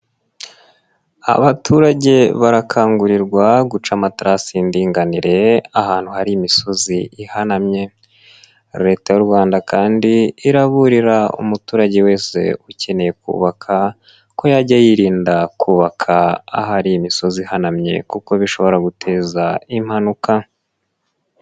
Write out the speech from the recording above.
Abaturage barakangurirwa guca amaterasi y'indinganire ahantu hari imisozi ihanamye. Leta y'u Rwanda kandi iraburira umuturage wese ukeneye kubaka ko yajya yirinda kubaka ahari imisozi ihanamye kuko bishobora guteza impanuka.